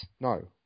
No